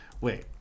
Wait